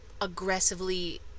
aggressively